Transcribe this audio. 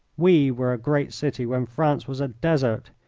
we were a great city when france was a desert.